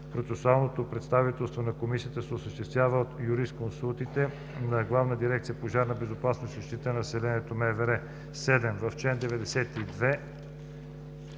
Процесуалното представителство на комисията се осъществява от юрисконсултите на Главна дирекция „Пожарна безопасност и защита на населението” – МВР.” 7. В чл.